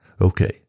Okay